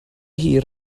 hir